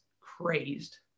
crazed